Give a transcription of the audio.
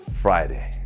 Friday